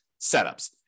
setups